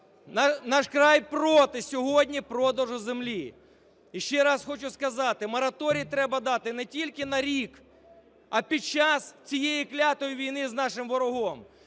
"Наш край" проти сьогодні продажу землі. І ще раз хочу сказати, мораторій треба дати не тільки на рік, а під час цієї клятої війни з нашим ворогом.